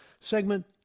segment